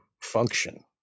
function